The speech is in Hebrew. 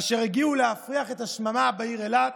אשר הגיעו להפריח את השממה בעיר אילת,